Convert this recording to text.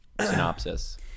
synopsis